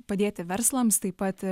padėti verslams taip pat